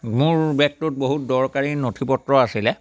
মোৰ বেগটোত বহুত দৰকাৰী নথি পত্ৰ আছিলে